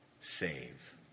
save